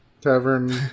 Tavern